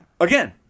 Again